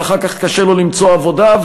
ואחר כך קשה לו למצוא עבודה,